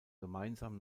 gemeinsam